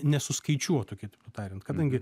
nesuskaičiuotų kitaip tariant kadangi